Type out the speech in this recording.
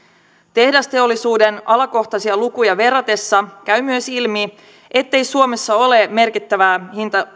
tehdasteollisuuden alakohtaisia lukuja verratessa käy myös ilmi ettei suomessa ole merkittävää